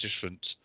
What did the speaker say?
different